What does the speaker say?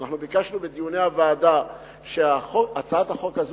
אנחנו ביקשנו בדיוני הוועדה שהצעת החוק הזאת